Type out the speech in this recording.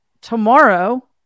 tomorrow